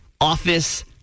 office